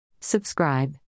Subscribe